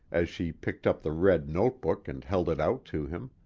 as she picked up the red note-book and held it out to him.